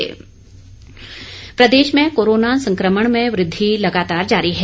Himachal corona Pradesh में corona संक्रमण में वृद्वि लगातार जारी है